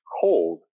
cold